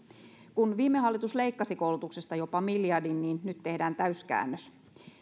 kun viime hallitus leikkasi koulutuksesta jopa miljardin nyt tehdään täyskäännös